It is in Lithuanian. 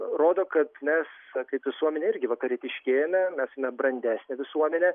rodo kad mes kaip visuomenė irgi vakarietiškėjame esame brandesnė visuomenė